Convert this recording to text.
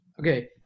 Okay